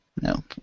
No